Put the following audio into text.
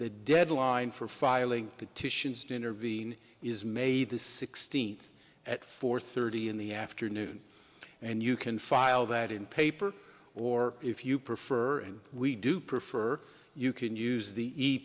the deadline for filing petitions dinner being is made the sixteenth at four thirty in the afternoon and you can file that in paper or if you prefer and we do prefer you can use the e